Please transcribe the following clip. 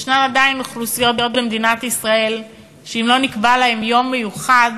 יש עדיין אוכלוסיות במדינת ישראל שאם לא נקבע להן יום מיוחד,